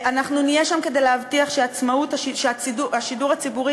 אנחנו נהיה שם כדי להבטיח שהשידור הציבורי